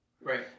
Right